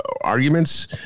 arguments